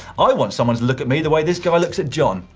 i want someone to look at me the way this guy looks at jon.